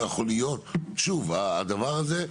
לא יכול להיות הדבר הזה,